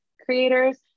creators